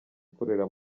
ikorera